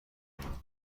بکنم